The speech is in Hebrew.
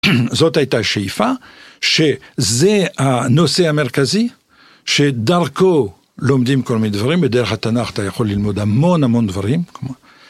זאת הייתה שאיפה שזה הנושא המרכזי שדרכו לומדים כל מיני דברים בדרך התנ״ך אתה יכול ללמוד המון המון דברים.